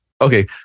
Okay